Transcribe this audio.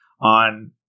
on